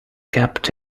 kept